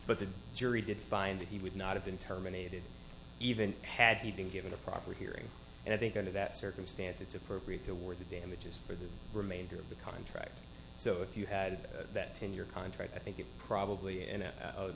but the jury did find that he would not have been terminated even had he been given a proper hearing and i think under that circumstance it's appropriate to wear the damages for the remainder of the contract so if you had that in your contract i think it probably and a